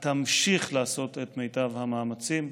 והיא תמשיך לעשות את מיטב המאמצים.